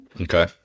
Okay